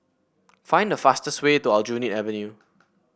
find the fastest way to Aljunied Avenue